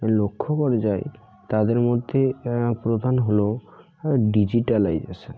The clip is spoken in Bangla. লক্ষ্য করা যায় তাদের মধ্যে প্রধান হলো ডিজিটালাইজেশন